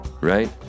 right